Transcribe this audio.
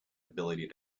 ability